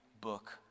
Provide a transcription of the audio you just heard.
book